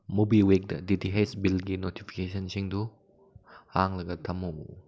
ꯃꯣꯕꯤꯋꯤꯛꯗ D T H ꯕꯤꯜꯒꯤ ꯅꯣꯇꯤꯐꯤꯀꯦꯁꯟꯁꯤꯡꯗꯨ ꯍꯥꯡꯂꯒ ꯊꯝꯃꯨ